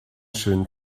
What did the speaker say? schönen